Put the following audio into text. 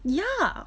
ya